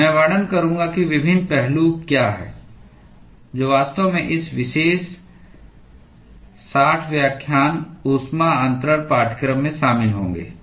मैं वर्णन करूंगा कि विभिन्न पहलू क्या हैं जो वास्तव में इस विशेष 60 व्याख्यान ऊष्मा अन्तरण पाठ्यक्रम में शामिल होंगे